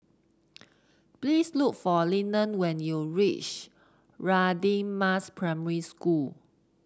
please look for Lyndon when you reach Radin Mas Primary School